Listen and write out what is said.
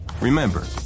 Remember